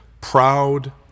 proud